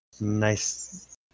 nice